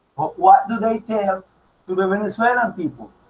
what do they tell to the venezuelan people?